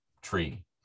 tree